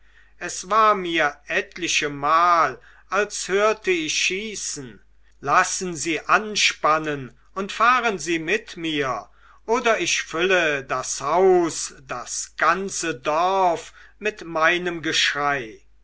es war mir etlichemal als hörte ich schießen lassen sie anspannen und fahren sie mit mir oder ich fülle das haus das ganze dorf mit meinem geschrei